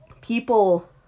people